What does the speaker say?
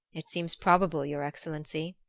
it seems probable, your excellency.